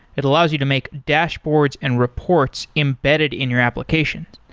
it allows you to make dashboards and reports embedded in your application.